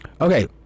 Okay